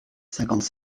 cinquante